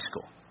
school